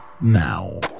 now